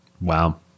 Wow